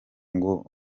ngo